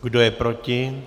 Kdo je proti?